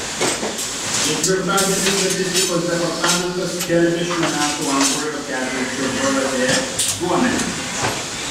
ketvirtadienį statistikos departamentas skelbia šių metų antrojo ketvirčio bvp duomenis